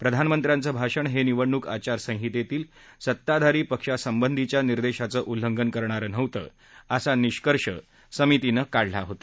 प्रधानमंत्र्यांच भाषण हे निवडणूक आचारसंहितेतील सत्ताधारी पक्ष संबंधीच्या निर्देशांच उल्लघन करणार नव्हतं असा निष्कर्ष समितीने काढला होता